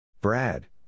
Brad